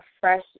fresh